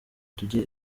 tujye